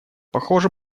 похоже